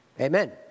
Amen